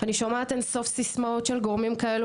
אני שומעת אין סוף סיסמאות של גורמים כאלה